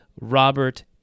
Robert